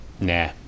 nah